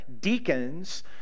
deacons